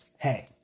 Hey